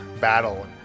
battle